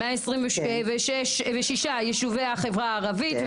126 יישובי החברה הערבית.